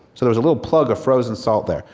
so there was a little plug of frozen salt there.